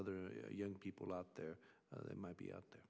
other young people out there that might be out there